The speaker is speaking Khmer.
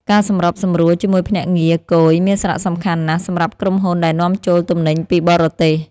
ការសម្របសម្រួលជាមួយភ្នាក់ងារគយមានសារៈសំខាន់ណាស់សម្រាប់ក្រុមហ៊ុនដែលនាំចូលទំនិញពីបរទេស។